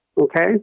Okay